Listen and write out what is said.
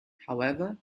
however